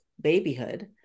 babyhood